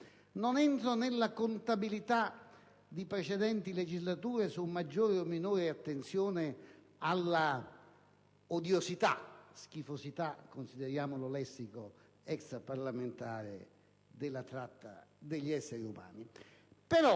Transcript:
Non entro nella contabilità di precedenti legislature sulla maggiore o minore attenzione alla odiosità e alla schifosità - consideriamolo lessico extraparlamentare - della tratta degli esseri umani;